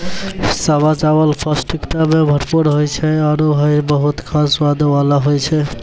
सावा चावल पौष्टिकता सें भरपूर होय छै आरु हय बहुत खास स्वाद वाला होय छै